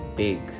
big